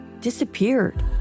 disappeared